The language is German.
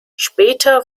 später